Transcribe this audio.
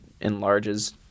enlarges